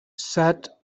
sat